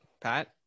Pat